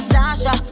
Sasha